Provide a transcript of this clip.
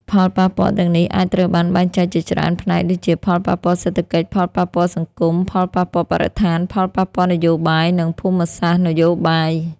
ផលប៉ះពាល់ទាំងនេះអាចត្រូវបានបែងចែកជាច្រើនផ្នែកដូចជា ផលប៉ះពាល់សេដ្ឋកិច្ច ផលប៉ះពាល់សង្គម ផលប៉ះពាល់បរិស្ថាន ផលប៉ះពាល់នយោបាយ និងភូមិសាស្ត្រនយោបាយ។